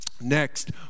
Next